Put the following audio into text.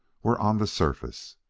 were on the surface.